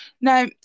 Now